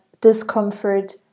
discomfort